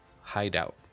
hideout